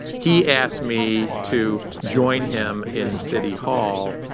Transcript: he asked me to join him in city hall,